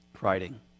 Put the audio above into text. writing